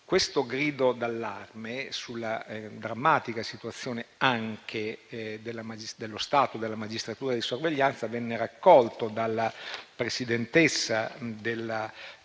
Questo grido d'allarme sulla drammatica situazione dello stato della magistratura di sorveglianza venne raccolto dalla presidente del